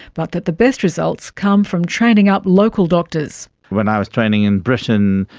but that the best results come from training up local doctors. when i was training in britain,